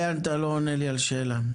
אתה לא עונה לי על השאלה.